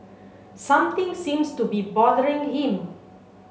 something seems to be bothering him